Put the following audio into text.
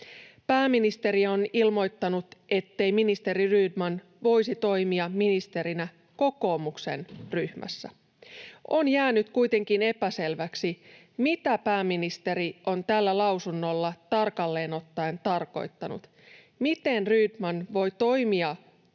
Pääministeri on ilmoittanut, ettei ministeri Rydman voisi toimia ministerinä kokoomuksen ryhmässä. On jäänyt kuitenkin epäselväksi, mitä pääministeri on täällä lausunnolla tarkalleen ottaen tarkoittanut. Miten Rydman voi toimia Petteri